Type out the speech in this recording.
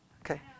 Okay